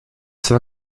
zwar